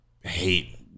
hate